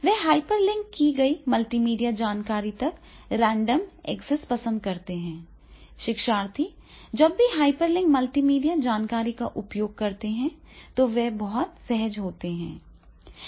वे hyperlink की गई multimedia जानकारी तक रैंडम एक्सेस पसंद करते हैं शिक्षार्थी जब भी हाइपरलिंकड मल्टीमीडिया जानकारी का उपयोग करते हैं तो वे बहुत सहज होते हैं